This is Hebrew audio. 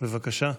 בבקשה.